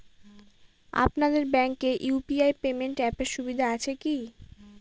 আপনাদের ব্যাঙ্কে UPI payment অ্যাপের সুবিধা আছে কি?